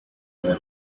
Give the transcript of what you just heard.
were